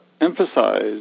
emphasize